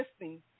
listening